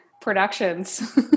productions